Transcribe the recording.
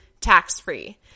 tax-free